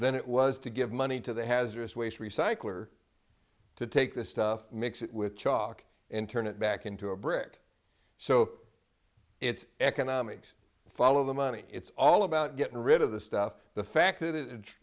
than it was to give money to the hazardous waste recycler to take the stuff mix it with chalk and turn it back into a brick so it's economics follow the money it's all about getting rid of the stuff the fact that it i